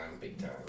big-time